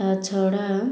ତା ଛଡ଼ା